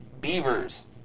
beavers